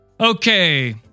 Okay